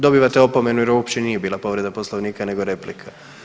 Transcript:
Dobivate opomenu jer ovo uopće nije bila povreda Poslovnika nego replika.